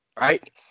right